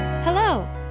Hello